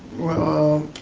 well,